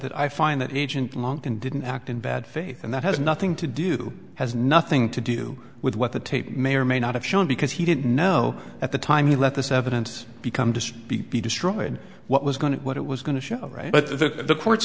that i find that agent monckton didn't act in bad faith and that has nothing to do has nothing to do with what the tape may or may not have shown because he didn't know at the time he let this evidence become just be destroyed what was going to what it was going to show but the court